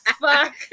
fuck